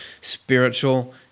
spiritual